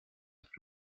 plus